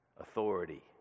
authority